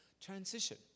transition